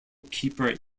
keeper